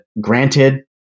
granted